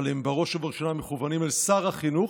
אבל הם בראש ובראשונה מכוונים אל שר החינוך.